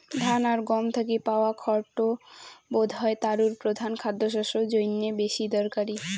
ধান আর গম থাকি পাওয়া খড় টো বোধহয় তারুর প্রধান খাদ্যশস্য জইন্যে বেশি দরকারি